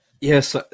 Yes